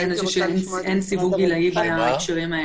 שאין סיווג גילאי בהקשרים האלה.